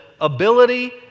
ability